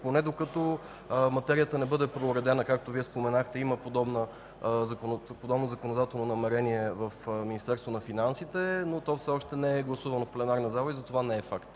поне докато материята не бъде преуредена, както Вие споменахте. Има подобно законодателно намерение в Министерството на финансите, но то все още не е гласувано в пленарна зала и затова не е факт.